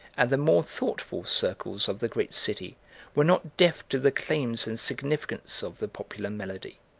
and the more thoughtful circles of the great city were not deaf to the claims and significance of the popular melody.